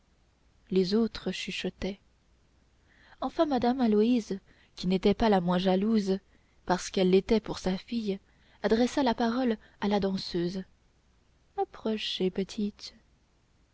les autres chuchotaient enfin madame aloïse qui n'était pas la moins jalouse parce qu'elle l'était pour sa fille adressa la parole à la danseuse approchez petite